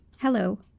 Hello